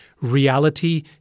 Reality